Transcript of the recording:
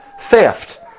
theft